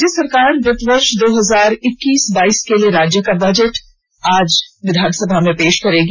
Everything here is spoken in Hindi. राज्य सरकार वित्तीय वर्ष दो हजार इक्कीस बाईस के लिए राज्य का बजट आज विधानसभा में पेश करेगी